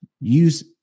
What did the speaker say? use